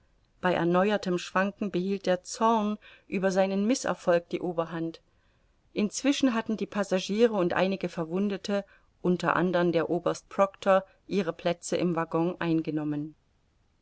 bei erneuertem schwanken behielt der zorn über seinen mißerfolg die oberhand inzwischen hatten die passagiere und einige verwundete unter andern der oberst proctor ihre plätze im waggon eingenommen